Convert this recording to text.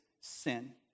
sin